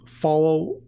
follow